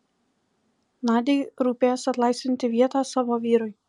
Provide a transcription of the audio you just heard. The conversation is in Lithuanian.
nadiai rūpės atlaisvinti vietą savo vyrui